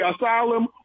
asylum